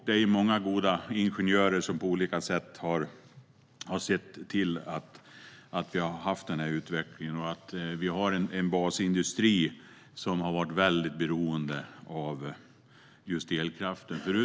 Det är många goda ingenjörer som på olika sätt har sett till att vi har haft denna utveckling. Vi har en basindustri som har varit beroende av just elkraften.